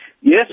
Yes